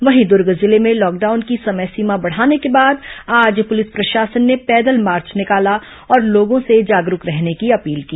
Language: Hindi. इधर दुर्ग जिले में लॉकडाउन की समय सीमा बढ़ाने के बाद आज पुलिस प्रशासन ने पैदल मार्च निकाला और लोगों से जागरूक रहने की अपील की